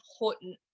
important